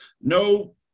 No